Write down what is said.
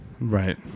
Right